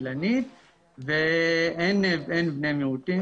אילנית, ואין בני מיעוטים.